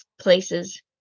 places